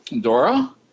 Dora